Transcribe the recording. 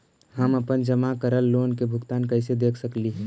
हम अपन जमा करल लोन के भुगतान कैसे देख सकली हे?